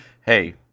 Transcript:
Hey